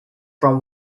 from